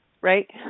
right